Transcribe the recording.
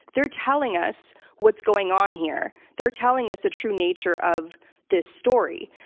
they're telling us what's going on here. they're telling us the true nature of this story.